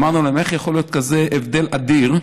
אמרנו: איך יכול להיות כזה הבדל אדיר.